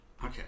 Okay